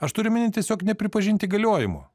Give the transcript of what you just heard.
aš turiu omeny tiesiog nepripažinti galiojimo